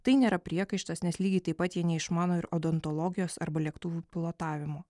tai nėra priekaištas nes lygiai taip pat jie neišmano ir odontologijos arba lėktuvų pilotavimo